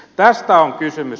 tästä on kysymys